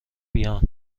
بیان